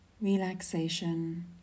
relaxation